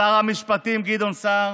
לשר המשפטים גדעון סער